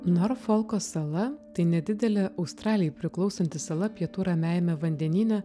norfolko sala tai nedidelė australijai priklausanti sala pietų ramiajame vandenyne